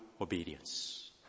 obedience